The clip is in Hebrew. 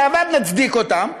ובדיעבד נצדיק אותם,